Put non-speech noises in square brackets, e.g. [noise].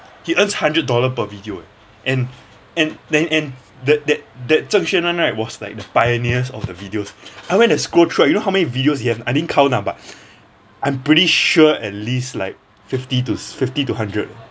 he earns hundred dollar per video eh and and then and that that that zheng xuan [one] right was like the pioneers of the videos [breath] I went to scroll through right you know how many videos he have I didn't count lah but [breath] I'm pretty sure at least like fifty to fifty to hundred